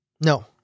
No